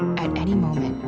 at any moment.